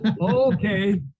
Okay